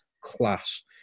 class